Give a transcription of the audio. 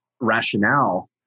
rationale